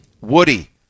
Woody